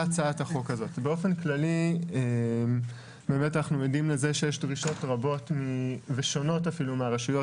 באופן כללי אנחנו עדים לזה שיש דרישות רבות ושונות מהרשויות.